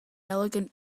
elegant